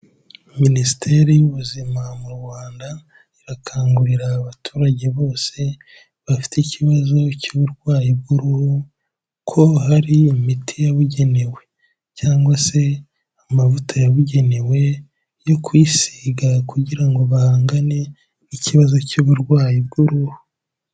Minisiteri y'Ubuzima mu Rwanda, irakangurira abaturage bose bafite ikibazo cy'uburwayi bw'uruhu, ko hari imiti yabugenewe cyangwa se amavuta yabugenewe yo kwisiga kugira ngo bahangane n'ikibazo cy'uburwayi bw'uruhu.